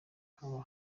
ahaba